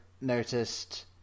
noticed